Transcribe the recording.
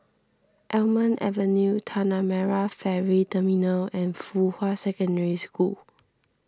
Almond Avenue Tanah Merah Ferry Terminal and Fuhua Secondary School